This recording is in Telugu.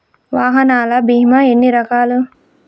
వాహనాల బీమా ఎన్ని రకాలు?